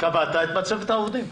קבעת את מצבת העובדים.